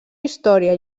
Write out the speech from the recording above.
història